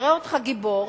נראה אותך גיבור,